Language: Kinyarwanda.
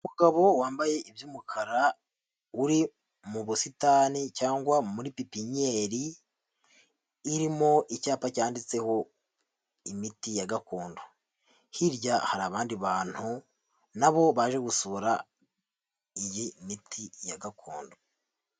Umugabo wambaye iby'umukara uri mu busitani cyangwa muri pipinyeri, irimo icyapa cyanditseho imiti ya gakondo, hirya hari abandi bantu nabo baje gusura iyi miti ya gakondo.